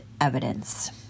evidence